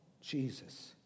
Jesus